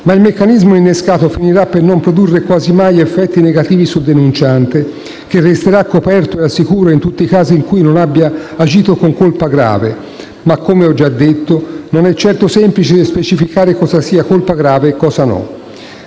Ma il meccanismo innescato finirà per non produrre quasi mai effetti negativi sul denunciante, che resterà coperto e al sicuro in tutti i casi in cui non abbia agito con colpa grave, ma, come ho già detto, non è certo semplice specificare cosa sia colpa grave e cosa no.